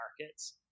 markets